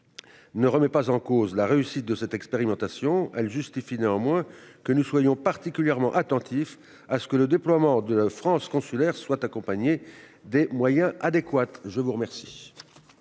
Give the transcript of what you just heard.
ne remet pas en cause la réussite de l'expérimentation. Elle justifie néanmoins que nous soyons particulièrement attentifs à ce que le déploiement de France Consulaire soit accompagné des moyens adéquats. La parole